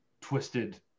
twisted